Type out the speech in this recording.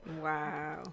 Wow